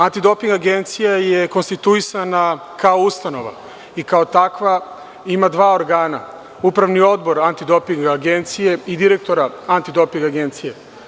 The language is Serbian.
Antidoping agencija je konstituisana kao ustanova i kao takva ima dva organa: Upravni odbor Antidoping agencije i direktoraAntidoping agencije.